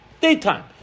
Daytime